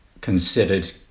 considered